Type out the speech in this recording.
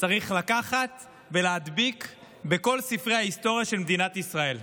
צריך לקחת ולהדביק בכל ספרי ההיסטוריה של מדינת ישראל.